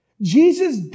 Jesus